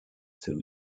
through